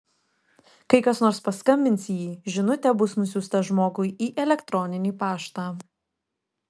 kai kas nors paskambins į jį žinutė bus nusiųsta žmogui į elektroninį paštą